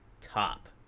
top